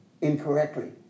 incorrectly